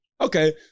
okay